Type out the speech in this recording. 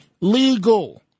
legal